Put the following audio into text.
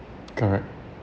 correct